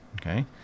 Okay